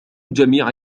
جميع